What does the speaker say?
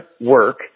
work